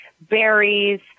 berries